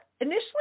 initially